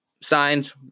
signed